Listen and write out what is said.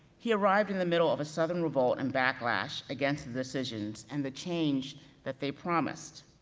he arrived in the middle of a southern revolt and backlash against the decisions and the change that they promised.